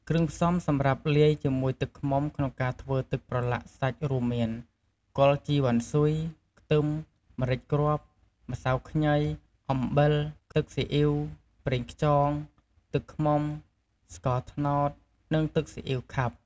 គ្រឿងផ្សំសម្រាប់លាយជាមួយទឹកឃ្មុំក្នុងការធ្វើជាទឹកប្រឡាក់សាច់រួមមាន គល់ជីវ៉ាន់ស៊ុយ ខ្ទឹម ម្រេចគ្រាប់ ម្សៅខ្ញី អំបិល ទឺកស៊ីអ៉ីវ ប្រេងខ្យង ទឹកឃ្មុំ ស្ករត្នោត និងទឹកស៊ីអ៉ីវខាប់។